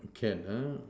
can uh